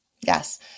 Yes